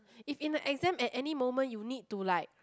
if in the exam at any moment you need to like